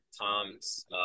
Tom's